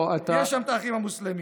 לא, אתה, תראה, יש שם את האחים המוסלמים.